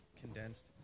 condensed